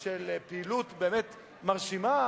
של פעילות באמת מרשימה,